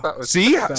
See